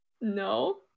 no